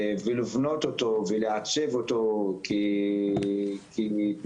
לבנות אותו ולעצב אותו כפלטפורמה,